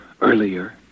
Earlier